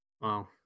Wow